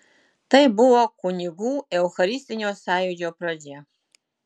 tai buvo kunigų eucharistinio sąjūdžio pradžia